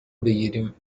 بگیریم